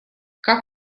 как